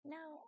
Now